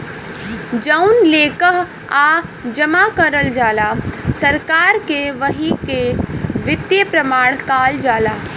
जउन लेकःआ जमा करल जाला सरकार के वही के वित्तीय प्रमाण काल जाला